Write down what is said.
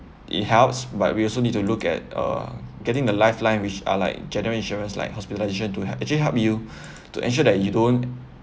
it helps but we also need to look at uh getting the lifeline which are like general insurance like hospitalization to help actually help you to ensure that you don't